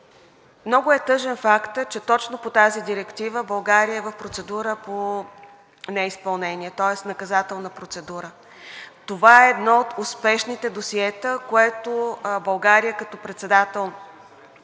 много е тъжен фактът, че точно по тази директива България е в процедура по неизпълнение, тоест наказателна процедура. Това е едно от успешните досиета, което България като председател